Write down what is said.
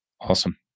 Awesome